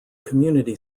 community